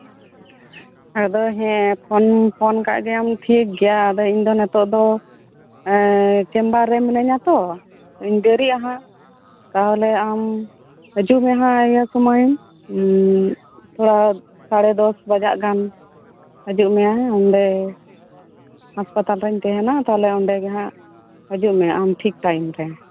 ᱟᱫᱚ ᱦᱮᱸ phone phone ᱠᱟᱫ ᱜᱮᱭᱟᱢ ᱴᱷᱤᱠ ᱜᱮᱭᱟ ᱟᱫᱚ ᱤᱧ ᱫᱚ ᱱᱤᱛᱚᱜ ᱫᱚ ᱮᱸᱻᱻ ᱪᱮᱢᱵᱟᱨ ᱨᱮ ᱢᱤᱱᱟᱹᱧᱟ ᱛᱚ ᱤᱧ ᱫᱮᱨᱤ ᱟ ᱦᱟᱸᱜ ᱛᱟᱦᱞᱮ ᱟᱢ ᱦᱤᱡᱩᱜ ᱢᱮ ᱦᱟᱸᱜ ᱤᱭᱟᱹ ᱥᱩᱢᱟᱹᱭ ᱛᱷᱚᱲᱟ ᱥᱟᱲᱮ ᱫᱚᱥ ᱵᱟᱡᱟᱜ ᱜᱟᱱ ᱦᱤᱡᱩᱜ ᱢᱮ ᱚᱸᱰᱮ ᱦᱟᱸᱥᱯᱟᱛᱟᱞ ᱨᱤᱧ ᱛᱟᱦᱮᱸᱱᱟ ᱛᱟᱦᱞᱮ ᱚᱸᱰᱮᱜᱮ ᱦᱟᱸᱜ ᱦᱤᱡᱩᱜ ᱢᱮ ᱟᱢ ᱴᱷᱤᱠ ᱴᱟᱭᱤᱢ ᱨᱮ